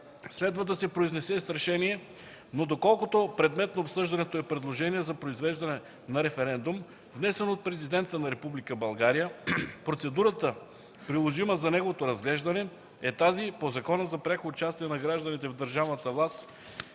следва да се произнесе с решение, но доколкото предмет на обсъждането е предложение за произвеждане на референдум, внесено от Президента на Република България, процедурата, приложима за неговото разглеждане е тази по Закона за пряко участие на гражданите в държавната власт